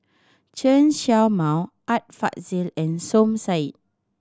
Chen Show Mao Art Fazil and Som Said